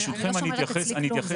אני לא שומרת אצלי כלום.